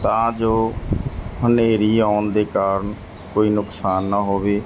ਤਾਂ ਜੋ ਹਨੇਰੀ ਆਉਣ ਦੇ ਕਾਰਨ ਕੋਈ ਨੁਕਸਾਨ ਨਾ ਹੋਵੇ